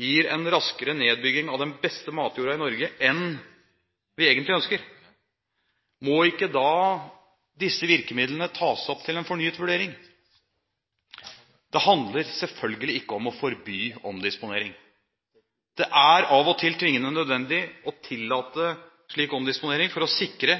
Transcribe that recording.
gir en raskere nedbygging av den beste matjorda i Norge enn vi egentlig ønsker, må ikke da disse virkemidlene tas opp til en fornyet vurdering? Det handler selvfølgelig ikke om å forby omdisponering. Det er av og til tvingende nødvendig å tillate slik omdisponering for å sikre